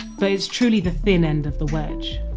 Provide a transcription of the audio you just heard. but it's truly the thin end of the wedge